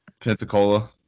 Pensacola